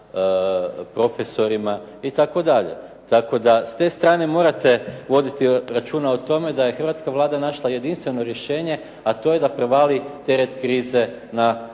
profesorima itd. Tako da ste strane morate voditi računa o tome da je hrvatska Vlada našla jedinstveno rješenje, a to je da prevali teret krize na hrvatske